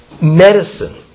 medicine